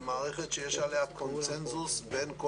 זו מערכת שיש עליה קונצנזוס בין כל